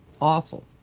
awful